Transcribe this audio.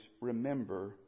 remember